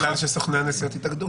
זה בגלל שסוכני הנסיעות התאגדו.